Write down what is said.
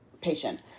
patient